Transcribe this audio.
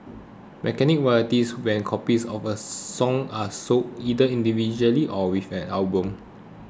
mechanical royalties when copies of a song are sold either individually or with an album